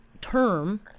term